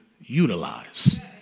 utilize